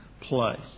place